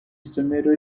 somero